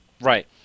Right